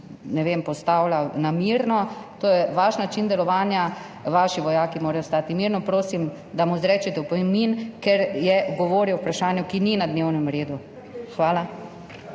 ne, ne postavlja namerno. To je vaš način delovanja, vaši vojaki morajo stati mirno. Prosim, da mu izrečete opomin, ker je govoril o vprašanju, ki ni na dnevnem redu. Hvala.